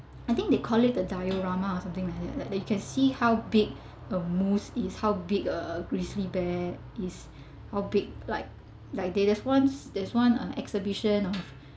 I think they call it the diorama or something like that like you can see how big a moose is how big a grizzly bear is or big like like there this one there's one uh exhibition of